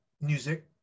music